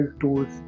tools